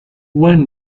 when